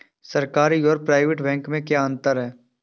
सरकारी और private bank में क्या अंतर है?